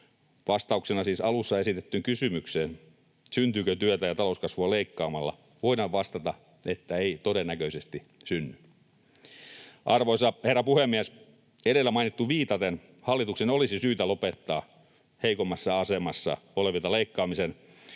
Vastauksena siis alussa esitettyyn kysymykseen, syntyykö työtä ja talouskasvua leikkaamalla, voidaan vastata, että ei todennäköisesti synny. Arvoisa herra puhemies! Edellä mainittuun viitaten hallituksen olisi syytä lopettaa heikommassa asemassa olevilta leikkaaminen